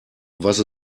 was